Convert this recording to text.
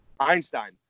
Einstein